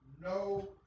no